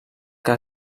que